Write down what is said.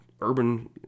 urban